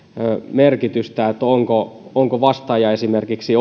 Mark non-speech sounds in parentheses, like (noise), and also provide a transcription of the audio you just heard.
merkitystä onko onko vastaaja esimerkiksi (unintelligible)